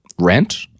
rent